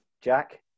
Jack